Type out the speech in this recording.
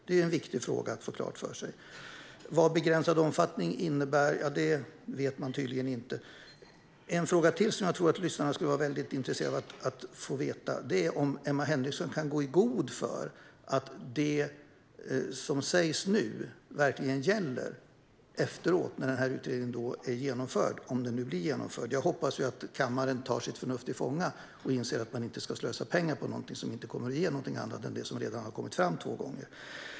Det är en viktig fråga att få svar på. Vad begränsad omfattning innebär vet man tydligen inte. En annan fråga som jag tror att lyssnarna skulle vara intresserade av att få svar på är om Emma Henriksson kan gå i god för att det som sägs nu verkligen gäller när utredningen är genomförd, om den nu blir genomförd. Jag hoppas ju att kammaren tar sitt förnuft till fånga och inser att man inte ska slösa pengar på någonting som inte kommer att ge någonting annat än det som redan har kommit fram två gånger.